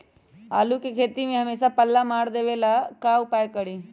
आलू के खेती में हमेसा पल्ला मार देवे ला का उपाय करी?